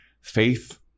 Faith